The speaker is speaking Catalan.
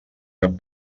cap